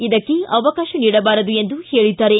ಇದಕ್ಕೆ ಅವಕಾಶ ನೀಡಬಾರದು ಎಂದು ಹೇಳಿದ್ದಾರೆ